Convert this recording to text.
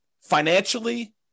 financially